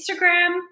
Instagram